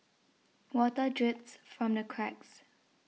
water drips from the cracks